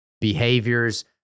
behaviors